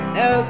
no